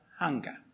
hunger